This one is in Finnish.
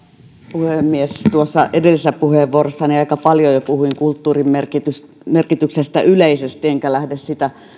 puhemies tuossa edellisessä puheenvuorossani aika paljon jo puhuin kulttuurin merkityksestä yleisesti enkä lähde sitä